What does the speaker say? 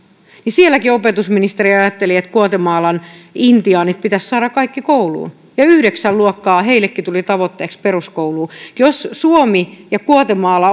mutta sielläkin opetusministeri ajatteli että guatemalan intiaanit pitäisi saada kaikki kouluun ja yhdeksän luokkaa heillekin tuli tavoitteeksi peruskouluun jos suomessa ja